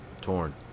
torn